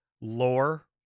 lore